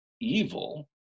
evil